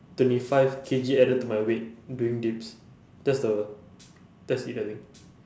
twenty five K_G added to my weight doing dips that's the that's it I think